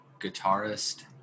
guitarist